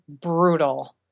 brutal